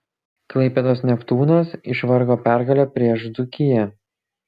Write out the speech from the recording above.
klaipėdos neptūnas išvargo pergalę prieš dzūkiją